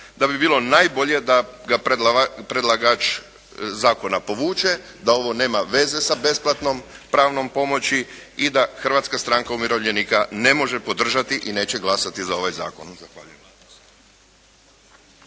da bi bilo najbolje da ga predlagač Zakona povuče, da ovo nema veze sa besplatnom pravnom pomoći i da Hrvatska stranka umirovljenika ne može podržati i neće glasati za ovaj Zakon.